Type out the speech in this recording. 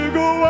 go